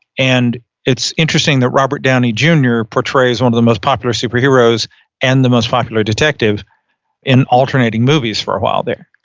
and it's interesting that robert downey jr. portrays one of the most popular superheroes and the most popular detective and alternating movies for a while there.